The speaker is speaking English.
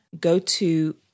go-to